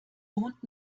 wohnt